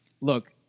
look